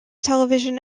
television